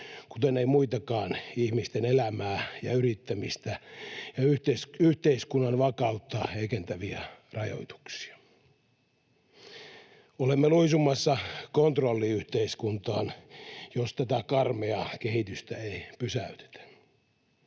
kuten ei muitakaan ihmisten elämää ja yrittämistä ja yhteiskunnan vakautta heikentäviä rajoituksia. Olemme luisumassa kontrolliyhteiskuntaan, jos tätä karmeaa kehitystä ei pysäytetä.